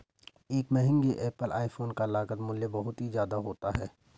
एक महंगे Apple iPhone का लागत मूल्य बहुत ही ज्यादा होता है